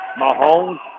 Mahomes